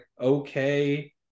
okay